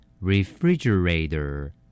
Refrigerator